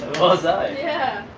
was ay yeah